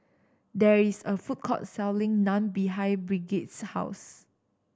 there is a food court selling Naan behind Brigitte's house